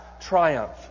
triumph